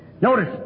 Notice